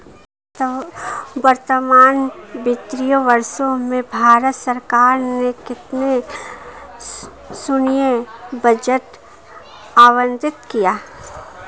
वर्तमान वित्तीय वर्ष में भारत सरकार ने कितना सैन्य बजट आवंटित किया?